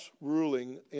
ruling